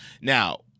now